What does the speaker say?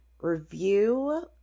review